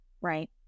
right